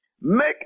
Make